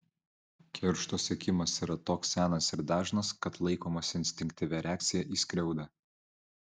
keršto siekimas yra toks senas ir dažnas kad laikomas instinktyvia reakcija į skriaudą